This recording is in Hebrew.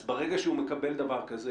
אז ברגע שהוא מקבל דבר כזה,